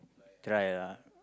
try lah